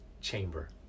chamber